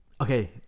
Okay